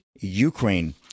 Ukraine